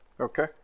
Okay